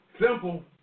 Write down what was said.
Simple